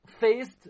faced